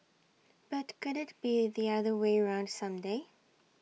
but could IT be the other way round some day